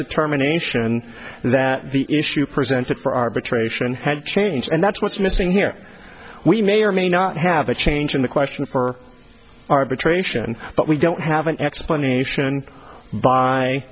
determination that the issue presented for arbitration had changed and that's what's missing here we may or may not have a change in the question for arbitration but we don't have an explanation by